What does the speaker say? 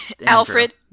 Alfred